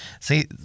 See